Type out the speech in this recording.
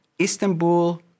Istanbul